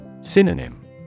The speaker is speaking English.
Synonym